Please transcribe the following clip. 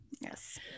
Yes